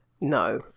no